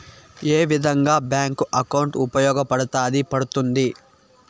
ఏ విధంగా bank account ఉపయోగపడతాయి పడ్తుంది